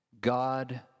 God